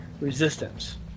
resistance